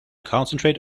concentrate